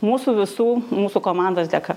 mūsų visų mūsų komandos dėka